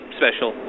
special